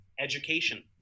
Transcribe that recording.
education